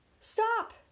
Stop